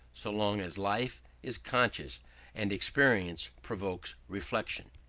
so long as life is conscious and experience provokes reflection.